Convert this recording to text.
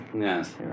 yes